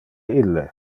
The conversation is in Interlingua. ille